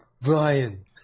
Brian